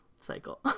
cycle